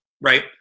right